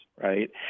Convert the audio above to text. right